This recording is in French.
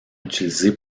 utilisée